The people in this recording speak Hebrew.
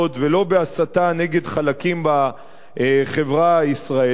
ולא בהסתה נגד חלקים בחברה הישראלית,